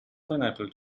pineapple